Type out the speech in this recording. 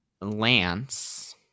Lance